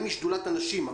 היא משדולת הנשים.